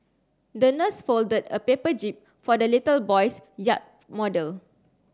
the nurse folded a paper jib for the little boy's yacht model